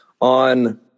on